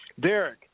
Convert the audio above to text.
Derek